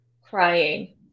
crying